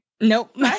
nope